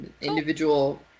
Individual